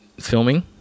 filming